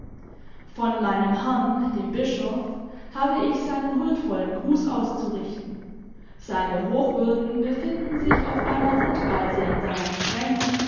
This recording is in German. von meinem herrn dem bischof habe ich seinen huldvollen gruß auszurichten seine hochwürden befinden sich auf einer rundreise in seinem sprengel